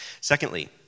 Secondly